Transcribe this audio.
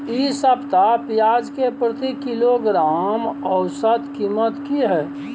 इ सप्ताह पियाज के प्रति किलोग्राम औसत कीमत की हय?